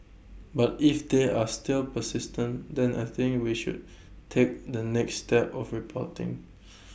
but if they are still persistent then I think we should take the next step of reporting